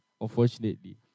unfortunately